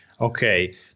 Okay